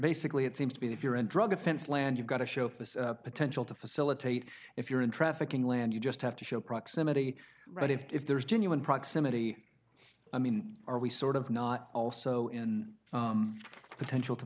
basically it seems to be if you're a drug offense land you've got to show for potential to facilitate if you're in trafficking land you just have to show proximity right if there's genuine proximity i mean are we sort of not also in potential to